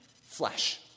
Flesh